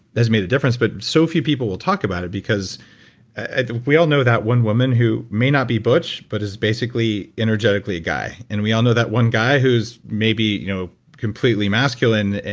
has made a difference. but so few people will talk about it because we all know that one woman who may not be butch, but is basically energetically a guy. and we all know that one guy who's maybe you know completely masculine,